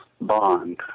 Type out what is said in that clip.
bond